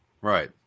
Right